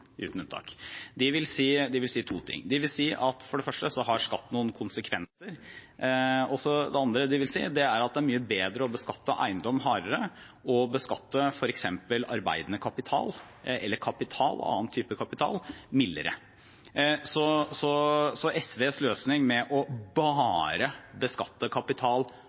uten unntak – vil si to ting: De vil si at for det første har skatt noen konsekvenser. Det andre de vil si, er at det er mye bedre å beskatte eiendom hardere og f.eks. arbeidende kapital eller annen type kapital mildere. SVs løsning med bare å beskatte kapital